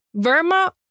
Verma